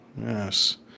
Yes